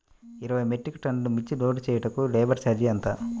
ఇరవై మెట్రిక్ టన్నులు మిర్చి లోడ్ చేయుటకు లేబర్ ఛార్జ్ ఎంత?